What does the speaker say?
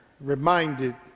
reminded